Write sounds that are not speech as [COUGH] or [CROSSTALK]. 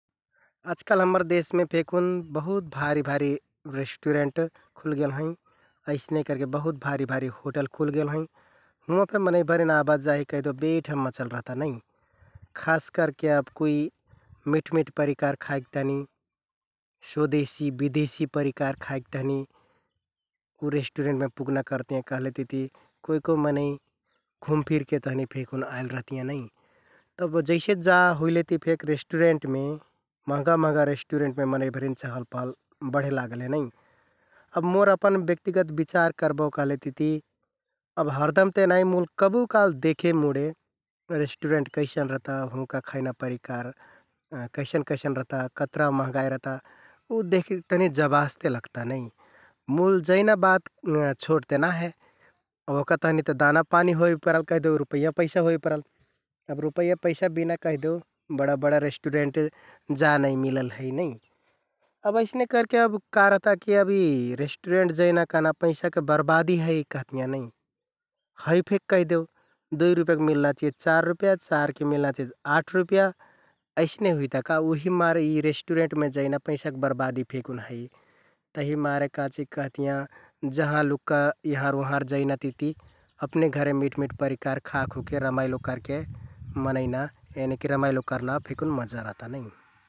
आजकाल हम्मर देशमे फेकुन बहुत भारि भारि रेष्‍टुरेन्ट खुलगेल हैं । अइसने करके बहुत भारि भारि होटल खुलगेल हैं, हुँवाँ फे मनैंभरिन आबाजाहि कैहदेउ बेढम मचल रहता नै । खास करके अब कुइ मिठ मिठ परिकार खाइक तहनि, स्वदेशी विदेशी परिकार खाइक तहनि उ रेष्‍टुरेन्टमे पुगना करतियाँ कहलेतिति कुइ कुइ मनैं घुमफिरके तहनि फेकुन आइल रहतियाँ नै । तब जैसे जा हुइलेति फेक रेष्‍टुरेन्टमे महँगा महँगा रेष्‍टुरेन्टमे मनैंभरिन चहल पहल बढे लागल हे नै । अब मोर अपन ब्यक्तिगत बिचार करबो कहलेतिति अब हरदम ते नाइ मुल कबुकाल्ह देखे मुडे रेष्‍टुरेन्ट कैसन रहता । हुँका खैना परिकार [HESITATION] कैसन कैसन रहता । कतरा महँगाइ रहता उ देखेक तहनि जबास ते लगना नै मुल जैना बात [HESITATION] छोट ते नाइ हे । ओहका तहनि ते दानापानि होइ परल, कहिदेउ रुपैया, पैंसा होइ परल । अब रुपैया, पैंसा बिना कहिदेउ बडा बडा रेष्‍टुरेन्ट जा नाइ मिलल है नै । अब अइसने करके अब का रहता कि यि रेष्‍टुरेन्ट जैना कहना पैंसाके बर्बादि है कहतियाँ नै । है फेक कैहदेउ दुइ रुपयाक मिल्ना चिझ चार रुपया, चारके मिलना चिझ आठ रुपया । अइसने हुइता का उहिमारे यि रेष्‍टुरेन्टमे जैना पैंसाक बर्बादि फेकुन है । तहिमारे काचिकहतियाँ जहाँ लुक्का यहँर उहँर जैना तिति अपने घरे मिठ मिठ परिकार खा खुके रमाइलो करके मनैंना यनिकि रमाइलो करना फेकुन मजा रहता नै ।